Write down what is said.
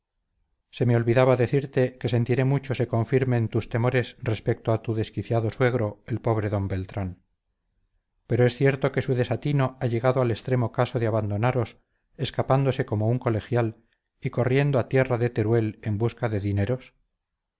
se me olvidaba decirte que sentiré mucho se confirmen tus temores respecto a tu desquiciado suegro el pobre don beltrán pero es cierto que su desatino ha llegado al extremo caso de abandonaros escapándose como un colegial y corriendo a tierra de teruel en busca de dineros